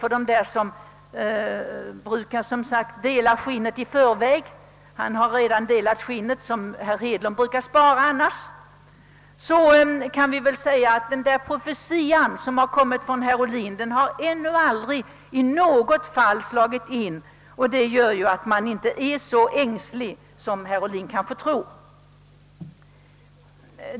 Nu har herr Ohlin redan delat det skinn som herr Hedlund alltid brukar spara tills björnen är skjuten. De profetior som kommit från herr Ohlin har emellertid aldrig slagit in. Detta gör att vi inte heller nu är så ängsliga som herr Ohlin kanske tror.